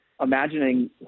imagining